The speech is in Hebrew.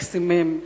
מקסימים,